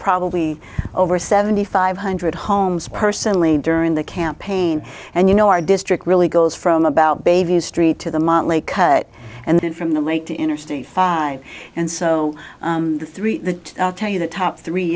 probably over seventy five hundred homes personally during the campaign and you know our district really goes from about babies st to the montlake cut and then from the lake to interstate five and so three to tell you the top three